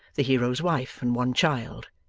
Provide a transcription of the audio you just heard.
the hero's wife and one child,